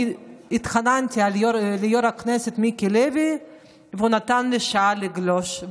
אני התחננתי ליו"ר הכנסת מיקי לוי והוא נתן לי שעה לגלוש,